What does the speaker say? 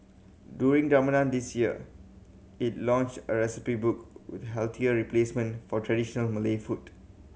during Ramadan this year it launched a recipe book with healthier replacement for traditional Malay food